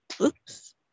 Oops